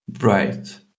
Right